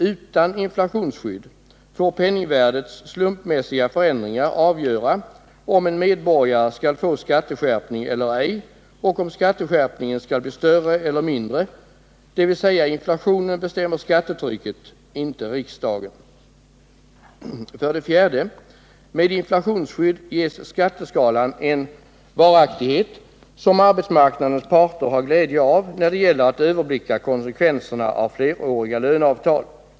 Utan inflationsskydd får penningvärdets slumpmässiga förändringar avgöra, om en medborgare skall få skatteskärpning eller ej och om 127 skatteskärpningen skall bli större eller mindre, dvs. inflationen bestämmer skattetrycket — inte riksdagen. 4. Med inflationsskydd ges skatteskalan en varaktighet, som arbetsmarknadens parter har glädje av när det gäller att överblicka konsekvenserna av fleråriga löneavtal.